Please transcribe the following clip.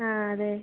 ആ അതെ